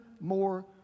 more